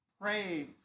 pray